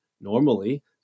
normally